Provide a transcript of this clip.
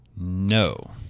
No